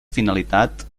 finalitat